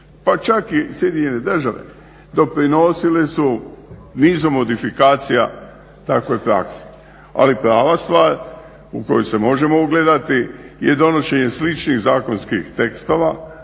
pa čak i SAD doprinosile su nizom modifikacija takvoj praksi, ali prava stvar u koju se možemo ugledati je donošenje sličnih zakonskih tekstova